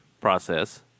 process